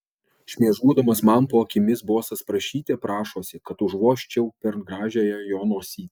šmėžuodamas man po akimis bosas prašyte prašosi kad užvožčiau per gražiąją jo nosytę